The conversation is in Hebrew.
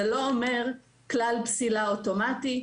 זה לא אומר כלל פסילה אוטומטי.